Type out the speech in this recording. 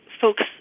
folks